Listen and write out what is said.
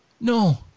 No